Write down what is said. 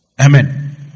Amen